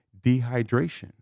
dehydration